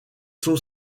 sont